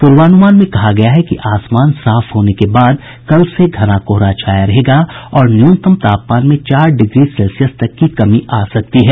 प्रर्वान्मान मे कहा गया है कि आसमान साफ होने के बाद कल से घना कोहरा छाया रहेगा और न्यूनतम तापमान में चार डिग्री सेल्सियस तक की कमी आ सकती है